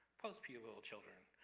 post-pubertal children?